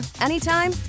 anytime